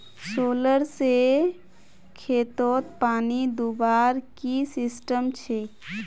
Solar से खेतोत पानी दुबार की सिस्टम छे?